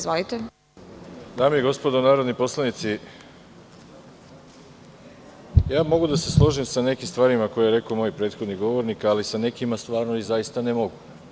Dame i gospodo narodni poslanici, ja mogu da se složim sa nekim stvarima koje je rekao moj prethodni govornik, ali sa nekima stvarno i zaista ne mogu.